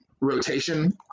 rotation